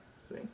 See